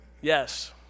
Yes